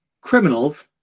criminals